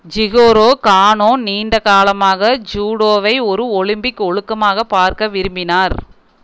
Jigoro Kano நீண்ட காலமாக ஜூடோவை ஒரு ஒலிம்பிக் ஒழுக்கமாக பார்க்க விரும்பினார்